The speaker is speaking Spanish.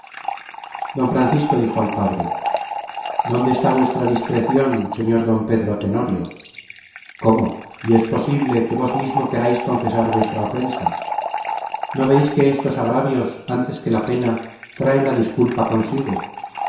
don francisco dijo al padre dónde está vuestra discrecion señor don pedro tenorio cómo y es posible que vos mismo querais confesar vuestra ofensa no veis que estos agravios antes que la pena traen la disculpa consigo